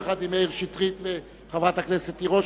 יחד עם חבר הכנסת מאיר שטרית וחברת הכנסת תירוש,